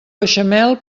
beixamel